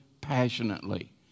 passionately